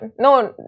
No